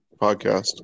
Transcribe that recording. podcast